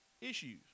issues